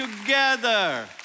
together